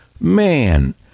man